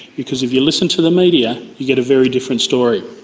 because if you listen to the media you get a very different story.